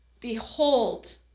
behold